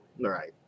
Right